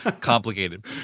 complicated